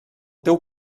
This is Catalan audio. teu